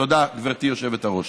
תודה, גברתי היושבת-ראש.